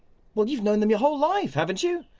well, you've known them your whole life, haven't you?